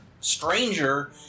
stranger